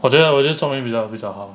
我觉得我觉得 chong yun 比较比较好